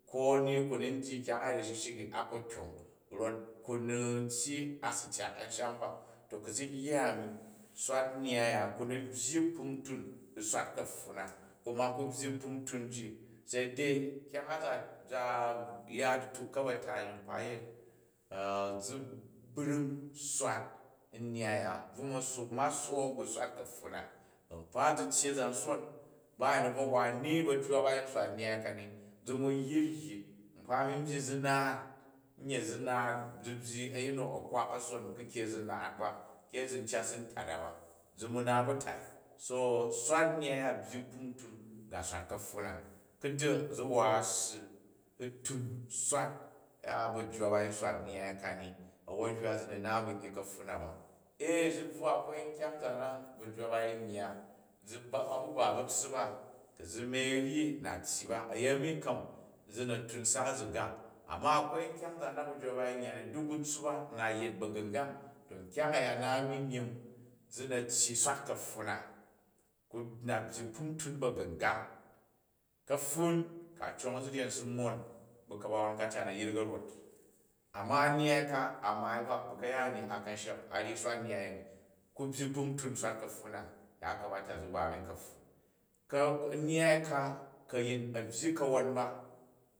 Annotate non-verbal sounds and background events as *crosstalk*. Ko ni ku ni n dyi, kyang yet a̱shishik ni a kpo tyong, rot ku ni tyyi a si tyak ansham ba. To ku̱ zi yya ami, swat nnyyai a byyi kpuntun ba u̱ swal kapfun na kuma ku byyi kpuntun nji, se dei kyang a za ya dituk u ka̱ba̱ta ni nkpa yet *hesitation* zi brung swat nnyyai ya, u ma sook ba swal kapfun na, ba̱ klpa zi tyyi a̱zanson, ba a̱yun nu a̱bvo hwa ni. Ba̱ju ba, ba yiu swat myyai kani, zi mu yyit yyit nkpa a̱mi n byyi zi n naat, nya zi naat, zi byyi a̱yin nu a̱ kwak ku ke zi naat ba, ke zi cat si n tat a ba zi nu naat ba̱ tai so swat nnyyai ya byyi kpuntung ga swat ka̱pfun na, ku̱ du̱ zi wa a̱ssi u̱ tun swat a bajju ba, ba yin swat nnyya kani awwon u̱ hywa di zi ni naat bo nyyi kapfun na ba. Ee zi bvwo akwai nkyang zaa na bajj ba, ba yin yya ba bu ba bu tssup a, ku zi me u ryi na tyyi ba uyemi kam zi drok u na̱ tun sak a̱zigak. Ammai aku ai nkyang zaan na bajju ba, ba yin yya ni, duk bu tssup a na yet ba̱gu̱ngang nkyang a̱ya nna a̱ni myin zina tyyi u̱ swat kapfun na rot na byyi kpuntun ba̱gu̱ngang. Kaptun ku a cong azinyen si mon bu ka̱bawon, ka cat na yrik a̱ rot, amma nnyyai ka, a̱ masu ba, bu ka ya ni a kan shek, a ryi swat nnyyai ya zemi ku byyi kpuntun n swat kapfun na, yakamata zi ba mi kapfun. Nnyya ka ku a̱yin a̱byyi kawau ba.